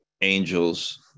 angels